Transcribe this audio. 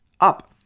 Up